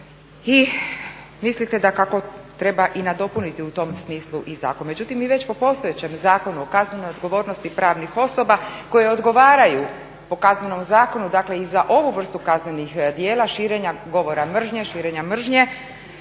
i mislite kako treba nadopuniti u tom smislu zakon. Međutim mi već po postojećem Zakonu o kaznenoj odgovornosti pravnih osoba koje odgovaraju po Kaznenom zakonu dakle i za ovu vrstu kaznenih djela širenja govora mržnje, širenja mržnje